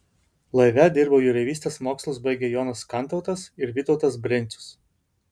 laive dirbo jūreivystės mokslus baigę jonas kantautas ir vytautas brencius